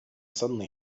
suddenly